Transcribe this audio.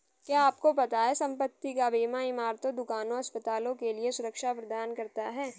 क्या आपको पता है संपत्ति का बीमा इमारतों, दुकानों, अस्पतालों के लिए सुरक्षा प्रदान करता है?